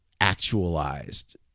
actualized